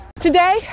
Today